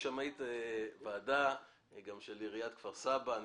היא שמאית ועדה של עיריית כפר סבא ואני